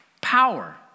Power